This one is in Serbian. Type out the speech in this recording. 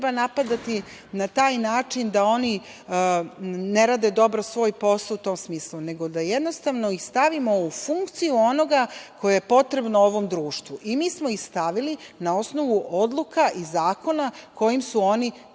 treba napadati na taj način da oni ne rade dobro svoj posao u tom smislu, nego da ih stavimo u funkciju onoga koje je potrebno ovom društvu. I mi smo ih stavili na osnovu odluka i zakona kojim su oni